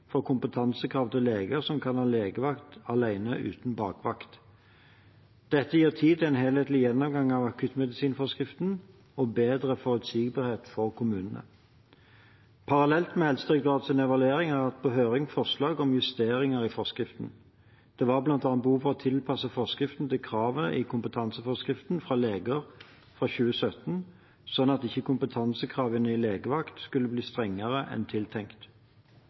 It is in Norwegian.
for kompetansekrav til leger som kan ha legevakt alene uten bakvakt. Dette gir tid til en helhetlig gjennomgang av akuttmedisinforskriften og bedre forutsigbarhet for kommunene. Parallelt med Helsedirektoratets evaluering har det vært på høring forslag om justeringer i forskriften. Det var bl.a. behov for å tilpasse forskriften til kravet i kompetanseforskriften for leger fra 2017, slik at kompetansekravene til legevakt ikke skulle bli strengere enn